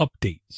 updates